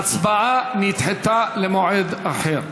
ההצבעה נדחתה למועד אחר.